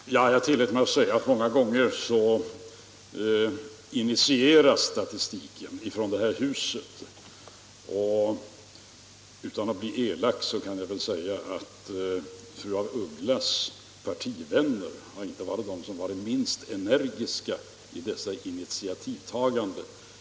Herr talman! Jag tillät mig säga att statistiken många gånger initieras från det här huset. Utan att vilja vara elak kan jag väl säga att fru af Ugglas partivänner inte har varit de som varit minst energiska i dessa initiativtaganden.